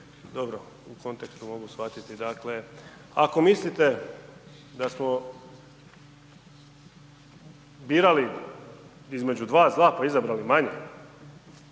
dobro u kontekstu mogu shvatiti. Dakle, ako mislite da smo birali između dva zla pa izabrali manje,